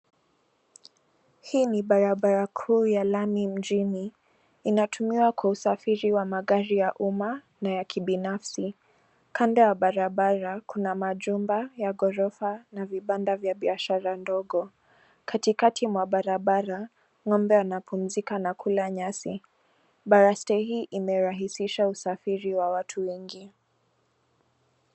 Hii ni barabara kuu ya lami mjini. Inatumiwa kwa usafiri wa magari ya umma na ya kibinafsi. Kando ya barabara, kuna majumba ya ghorofa na vibanda vya biashara ndogo. Katikati mwa barabara, ng'ombe anapumzika na kula nyasi. Baraste hii imerahisisha usafiri wa watu wengi.